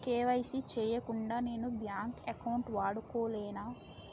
KYC చేయకుండా నేను bank account వాడుకొలేన?